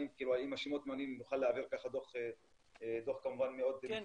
אם השמות מעניינים נוכל להעביר דוח מפורט --- כן,